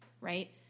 right